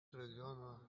regiono